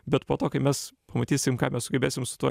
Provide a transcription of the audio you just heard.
bet po to kai mes pamatysim ką mes sugebėsim su tuo